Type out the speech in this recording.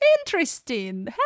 Interesting